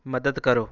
ਮਦਦ ਕਰੋ